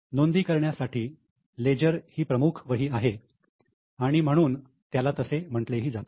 नोंदी करण्यासाठी लेजर ही प्रमुख वही आहे आणि म्हणून त्याला तसे म्हटलेही जाते